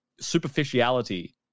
superficiality